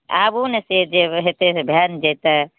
आबू ने से जे हेतै से भऽ ने जेतै